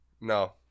No